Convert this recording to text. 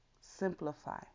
simplify